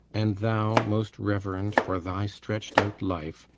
and, thou most reverend, for thy stretch'd-out life,